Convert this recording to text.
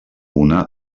una